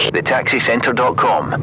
thetaxicentre.com